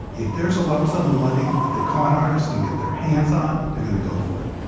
if there's a lump sum of money that the con artists and get their hands on, they're going to go for it.